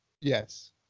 Yes